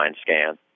scan